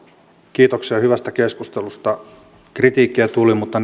kiitoksia hyvästä keskustelusta kritiikkiä tuli mutta